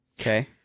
Okay